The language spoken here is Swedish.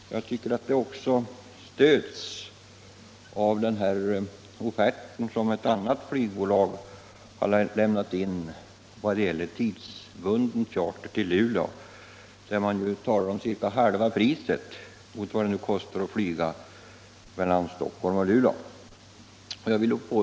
Detta antagande stöds också av den offert som ett annat flygbolag lämnat in för tidsbunden charter till Luleå. I den talas det om halva priset jämfört med vad det nu kostar att flyga mellan Stockholm och Luleå.